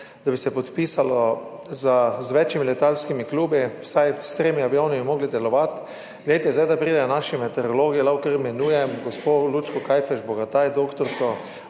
da bi se podpisalo z več letalskimi klubi, vsaj s tremi avioni bi morali delovati. Glejte, da zdaj pridejo naši meteorologi, lahko kar imenujem gospo Lučko Kajfež Bogataj, doktorico,